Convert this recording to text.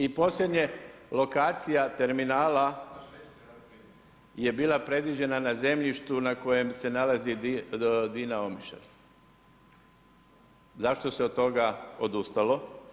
I posljednje, lokacija terminala je bila predviđena na zemljištu na kojem se nalazi Dina Omišalj, zašto se od toga odustalo?